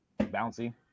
bouncy